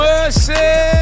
Mercy